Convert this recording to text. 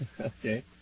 Okay